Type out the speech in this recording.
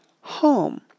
Home